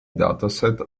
dataset